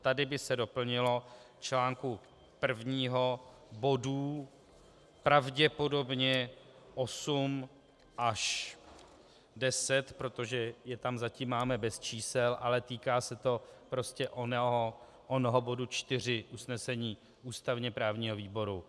Tady by se doplnilo článku prvního bodů pravděpodobně 8 až 10, protože je tam zatím máme bez čísel, ale týká se to prostě onoho bodu 4 usnesení ústavněprávního výboru.